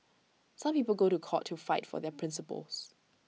some people go to court to fight for their principles